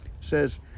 says